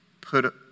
put